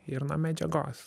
ir nuo medžiagos